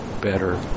better